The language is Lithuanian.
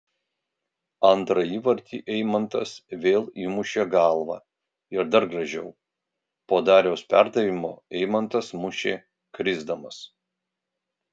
antrą įvartį eimantas vėl įmušė galva ir dar gražiau po dariaus perdavimo eimantas mušė krisdamas